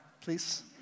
please